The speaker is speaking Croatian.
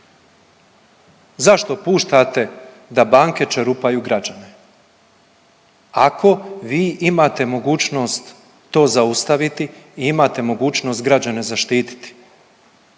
Zašto puštate da banke čerupaju građane ako vi imate mogućnost to zaustaviti i imate mogućnost građane zaštititi?